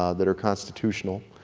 ah that are constitutional,